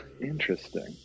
interesting